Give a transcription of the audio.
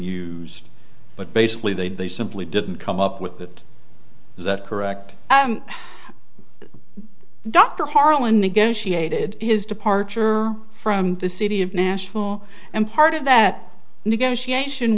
used but basically they simply didn't come up with that is that correct dr harlan negotiated his departure from the city of nashville and part of that negotiation